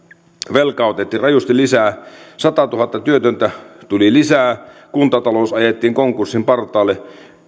velkaa otettiin rajusti lisää satatuhatta työtöntä tuli lisää kuntatalous ajettiin konkurssin partaalle